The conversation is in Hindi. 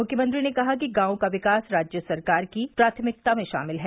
मुख्यमंत्री ने कहा कि गांवों का विकास राज्य सरकार की प्राथमिकता में है